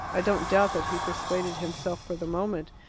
i don't doubt that he persuaded himself, for the moment,